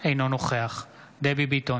אינו נוכח דבי ביטון,